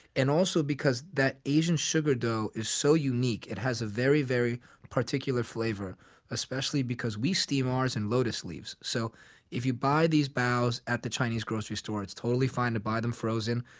and also, that asian sugar dough is so unique. it has a very, very particular flavor especially because we steam ours in lotus leaves so if you buy these baos at the chinese grocery store it's totally fine to buy them frozen,